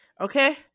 Okay